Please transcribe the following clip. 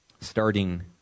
starting